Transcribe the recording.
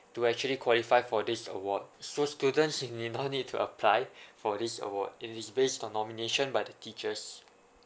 to actually qualify for this award so students will not need to apply for this award it is based on nomination by the teachers